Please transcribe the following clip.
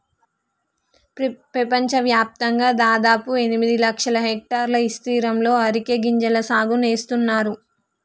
పెపంచవ్యాప్తంగా దాదాపు ఎనిమిది లక్షల హెక్టర్ల ఇస్తీర్ణంలో అరికె గింజల సాగు నేస్తున్నారు